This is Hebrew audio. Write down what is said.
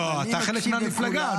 לא, אתה חלק מהמפלגה.